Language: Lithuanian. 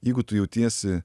jeigu tu jautiesi